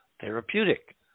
therapeutic